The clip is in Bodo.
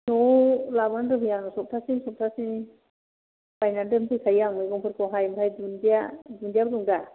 न'आव लाबोनानै दोनफैयो आङो सप्तासे सप्तासेनि बायनानै दोनफैखायो आं मैगंफोरखौहाय ओमफ्राय दुन्दिया दुन्दियाबो दं दा